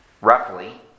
Roughly